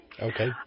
Okay